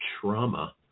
trauma